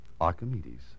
Archimedes